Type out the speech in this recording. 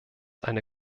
eine